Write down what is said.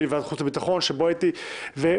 ובוועדת החוץ והביטחון שבה הייתי וכו'.